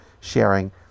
sharing